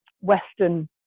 Western